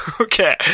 Okay